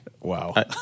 Wow